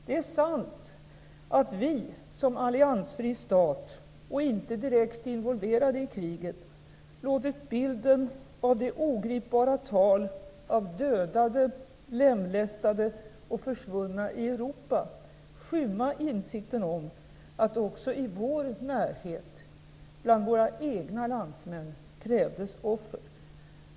Det är sant att vi, som alliansfri stat och ej direkt involverade i kriget, låtit bilden av de ogripbara tal av dödade, lemlästade och försvunna i Europa, skymma insikten om att det också i vår närhet, bland våra egna landsmän, krävdes offer.